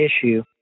issue